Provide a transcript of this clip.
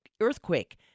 earthquake